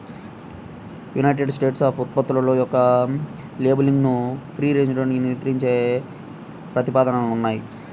United స్టేట్స్లో ఉత్పత్తుల యొక్క లేబులింగ్ను ఫ్రీ రేంజ్గా నియంత్రించే ప్రతిపాదనలు ఉన్నాయి